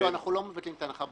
לא, אנחנו לא מבטלים את ההנחה.